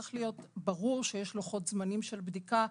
צריך להיות ברור שיש לוחות זמנים של בדיקה,